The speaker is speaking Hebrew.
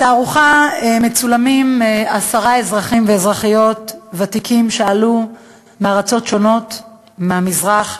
בתערוכה מצולמים עשרה אזרחים ואזרחיות ותיקים שעלו מארצות שונות במזרח.